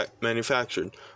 manufactured